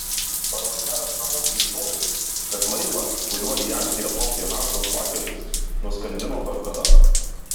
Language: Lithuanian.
parvažiavęs namo sužinojau kad laivą kuriuo į angliją plaukė hansas bakelis nuskandino torpeda